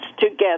together